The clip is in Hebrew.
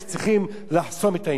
תודה רבה לחבר הכנסת נסים זאב.